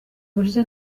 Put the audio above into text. ubushize